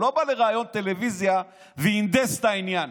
הוא לא בא לריאיון טלוויזיה והנדס את העניין.